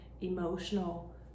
emotional